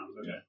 okay